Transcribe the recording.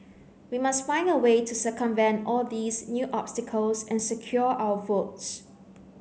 we must find a way to circumvent all these new obstacles and secure our votes